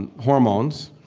and hormones,